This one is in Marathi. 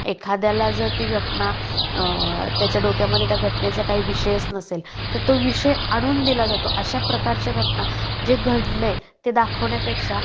एखाद्याला जर ती घटना त्याच्या डोक्यामध्ये त्या घटनेचा काही विषयच नसेल तर तो विषय आणून दिला जातो अशा प्रकारच्या घटना जे घडलं आहे ते दाखवण्यापेक्षा